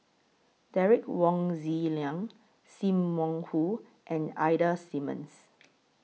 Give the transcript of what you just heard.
Derek Wong Zi Liang SIM Wong Hoo and Ida Simmons